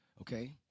Okay